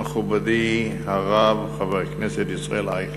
מכובדי, הרב חבר הכנסת ישראל אייכלר.